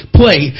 play